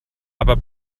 aber